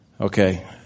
Okay